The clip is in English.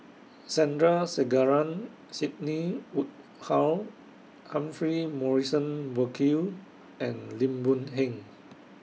Sandrasegaran Sidney Woodhull Humphrey Morrison Burkill and Lim Boon Heng